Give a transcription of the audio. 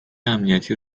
امنیتی